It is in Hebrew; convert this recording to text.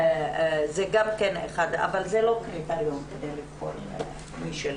זה לא קריטריון כדי לבחור מישהו,